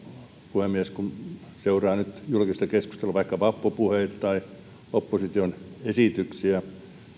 puhemies kun seuraa nyt julkista keskustelua vaikka vappupuheita tai opposition esityksiä